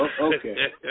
Okay